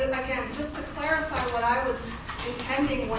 again just to clarify what i was intending